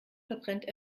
verbrennt